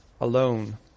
alone